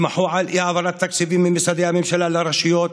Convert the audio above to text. שמחו על אי-העברת תקציבים ממשרדי הממשלה לרשויות.